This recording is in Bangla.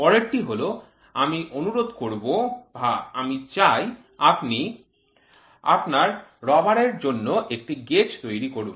পরেরটিটি হল আমি অনুরোধ করব বা আমি চাই আপনি আপনার রবারের জন্য একটি গেজ তৈরি করুন